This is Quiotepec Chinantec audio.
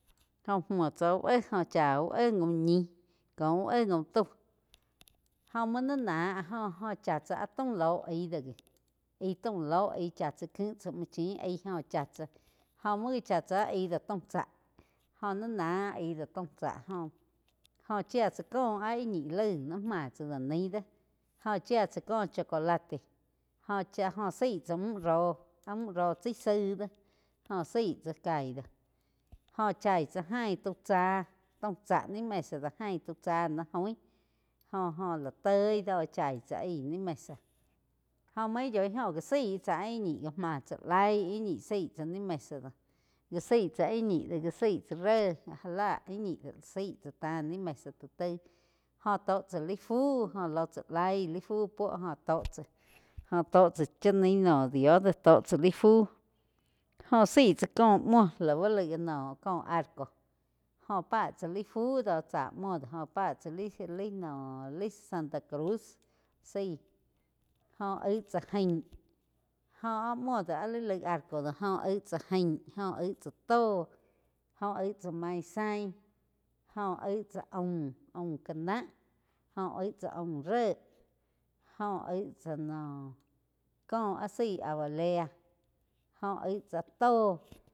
Jó muo tsá úh éh jóh chá uh éh gaum ñih kó uh éh gaum tau oh muo ni náh áh jo óh chá tsá áh taum lo aíg do wi, aí taum lo cha tsá muo chin aí joh chá tsá. Jo muo gá chá tsá áh aig do taum tsá, jo ni náh ai do taum tsá joh jó chía tsá có áh íh ñi laig ni máh tsá laig naí do jo chía tsá có chocolate, jo zaí tsá muh róh áh múh ró chai zaig do jóh zaíg tsá kai do jó chain tsá jain tau tsáh, taum tsá ni mesa doh jain tau tsá ni join óh-óh lá tói do chaig tsá ai ni mesa jó main yói jo gá zaí tsá ih ñi do já máh tsáh laig íh ñi zaig tsá ni mesa do gá zaí íh ñi do gá zaí ré já lah íh ñi do zaíg tsá tá ni mesa ti taig jó tó cha laig fu jóh lo tza laig lai fu puo óh tó tzá joh tó tzá no chá nai dio tó tzá lai fu, joh zaíg tzá ko muo lau laig no có arco jó páh tzá lai fu do chá muo do jo pá tsá lia, lai santa cruz sai jóh aig tsá jain jó áh muo do áh li laig arco do joh aig tsá jain jóh aig tsá tó, jo aig tsá mainzain jóh aig tsá aum ká nah go aig tzá aum ré go aig tzá noh ko áh zaí abalea jo aig tsá tó.